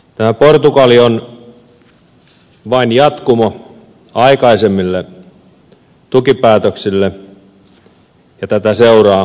tämä portugali on vain jatkumo aikaisemmille tukipäätöksille ja tätä seuraa pysyvä takausrahasto